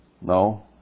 No